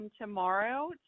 tomorrow